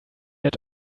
yet